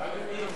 הסתייגות?